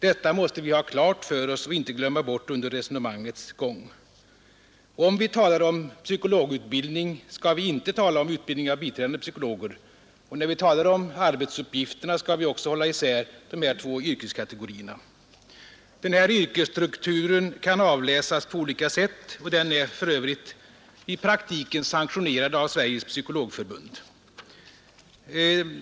Detta måste vi ha klart för oss och inte glömma bort under resonemangets gång. Om vi talar om psykologutbildning, skall vi inte tala om utbildning av biträdande psykologer. Och när vi talar om arbetsuppgifterna, skall vi också hålla isär de här två yrkeskategorierna. Yrkesstrukturen kan avläsas på olika sätt, och den är för övrigt i praktiken sanktionerad av Sveriges Psykologförbund.